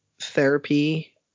therapy